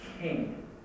king